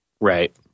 Right